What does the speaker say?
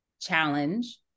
challenge